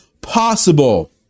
possible